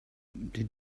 did